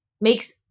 makes